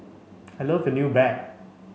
I love your new bag